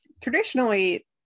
traditionally